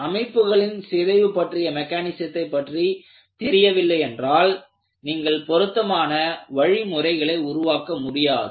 அமைப்புகளின் சிதைவு பற்றிய மெக்கானிசத்தை பற்றி தெரியவில்லை என்றால் நீங்கள் பொருத்தமான வழிமுறைகளை உருவாக்க முடியாது